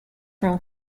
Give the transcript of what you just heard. from